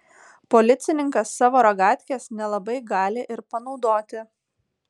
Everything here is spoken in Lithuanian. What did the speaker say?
policininkas savo ragatkės nelabai gali ir panaudoti